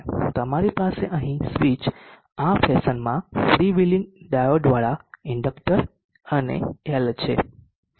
તમારી પાસે અહીં સ્વિચ આ ફેશનમાં ફ્રી વ્હિલિંગ ડાયોડવાળા ઇન્ડક્ટર અને એલ છે